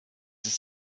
ist